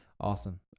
Awesome